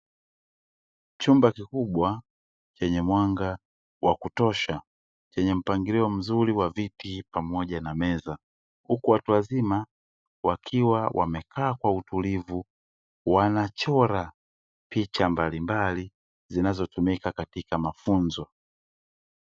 Chumba kikubwa chenye mwanga wa kutosha chenye mpangilio mzuri wa viti pamoja na meza, huku watu wazima wakiwa wamekaa kwa utulivu wanachora picha mbalimbali zinazotumika katika mafunzo.